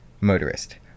motorist